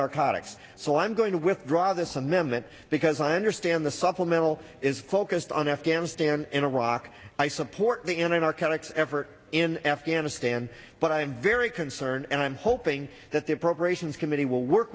narcotics so i'm going to withdraw this amendment because i understand the supplemental is focused on afghanistan in iraq i support being in our characters ever in afghanistan but i'm very concerned and i'm hoping that the appropriations committee will work